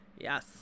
Yes